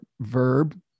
verb